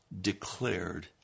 declared